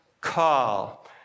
call